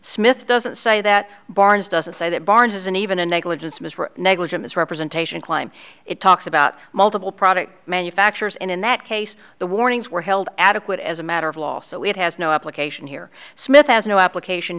smith doesn't say that barnes doesn't say that barnes isn't even a negligence ms for negligent misrepresentation climb it talks about multiple product manufacturers and in that case the warnings were held adequate as a matter of law so it has no application here smith has no application